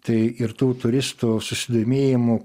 tai ir tų turistų susidomėjimu